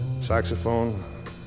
saxophone